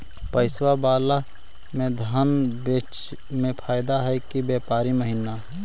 PACS बाला में धान बेचे मे फायदा है कि व्यापारी महिना?